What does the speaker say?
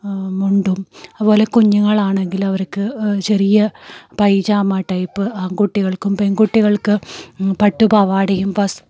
മുണ്ടും അതുപോലെ കുഞ്ഞുങ്ങളാണെങ്കിൽ അവർക്ക് ചെറിയ പൈജാമ ടൈപ്പ് ആൺകുട്ടികൾക്കും പെൺകുട്ടികൾക്ക് പട്ടു പവാടയും